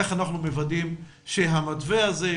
איך אנחנו מוודאים שהמתווה הזה,